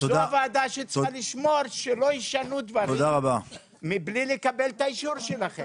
זו הוועדה שצריכה לשמור שלא ישנו דברים מבלי לקבל את האישור שלכם.